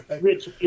Rich